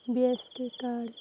B S K Y card